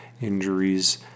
injuries